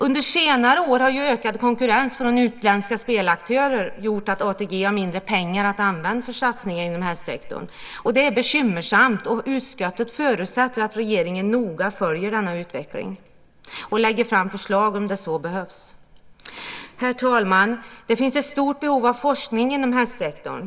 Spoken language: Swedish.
Under senare år har ökad konkurrens från utländska spelaktörer gjort att ATG har mindre pengar att använda för satsningar inom hästsektorn. Det är bekymmersamt. Utskottet förutsätter att regeringen noga följer denna utveckling och lägger fram förslag om det så behövs. Herr talman! Det finns ett stort behov av forskning inom hästsektorn.